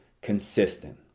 consistent